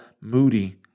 Moody